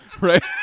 Right